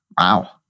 wow